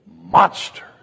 monster